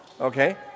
Okay